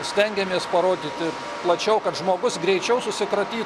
stengiamės parodyti plačiau kad žmogus greičiau susikratytų